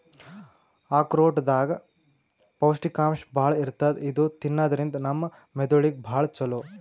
ಆಕ್ರೋಟ್ ದಾಗ್ ಪೌಷ್ಟಿಕಾಂಶ್ ಭಾಳ್ ಇರ್ತದ್ ಇದು ತಿನ್ನದ್ರಿನ್ದ ನಮ್ ಮೆದಳಿಗ್ ಭಾಳ್ ಛಲೋ